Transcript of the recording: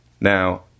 Now